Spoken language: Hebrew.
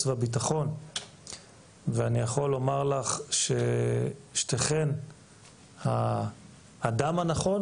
והביטחון ואני יכול לומר לך ששתיכן האדם הנכון,